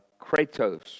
Kratos